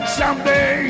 someday